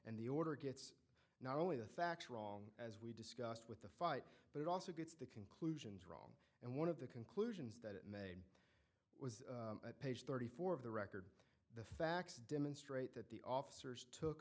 and the order gets not only the facts wrong as we discussed with the fight but also gets the conclusions wrong and one of the conclusions that it made was at page thirty four of the record the facts demonstrate that the officers took